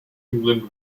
england